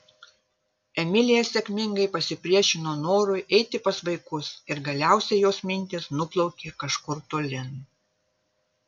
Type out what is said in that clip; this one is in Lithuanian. emilija sėkmingai pasipriešino norui eiti pas vaikus ir galiausiai jos mintys nuplaukė kažkur tolyn